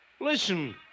Listen